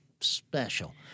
special